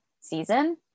season